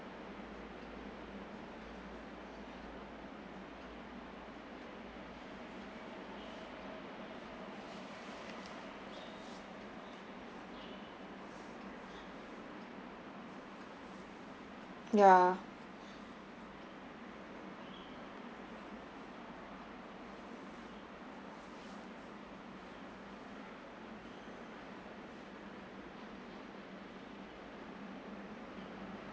ya